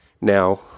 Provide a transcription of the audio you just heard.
Now